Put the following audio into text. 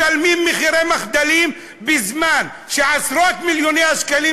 משלמים מחירי מחדלים בזמן שבעשרות-מיליוני השקלים,